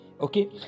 Okay